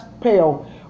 pale